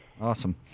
Awesome